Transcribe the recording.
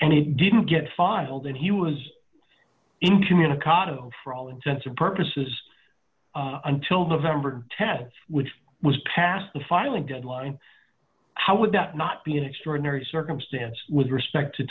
and it didn't get filed and he was incommunicado for all intents and purposes until november th which was past the filing deadline how would that not be an extraordinary circumstance with respect to